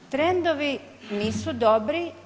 Trendovi nisu dobri.